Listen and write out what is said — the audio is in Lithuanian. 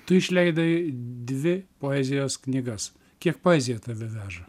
tu išleidai dvi poezijos knygas kiek poezija tave veža